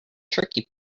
tricky